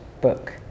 book